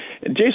Jason